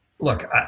Look